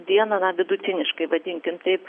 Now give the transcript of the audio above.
dieną na vidutiniškai vadinkim taip